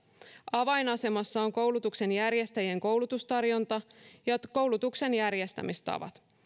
avainasemassa ovat koulutuksen järjestäjien koulutustarjonta ja koulutuksen järjestämistavat